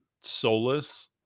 soulless